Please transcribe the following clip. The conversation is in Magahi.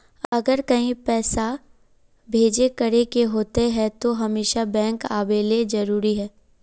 अगर कहीं पैसा भेजे करे के होते है तो हमेशा बैंक आबेले जरूरी है?